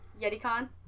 YetiCon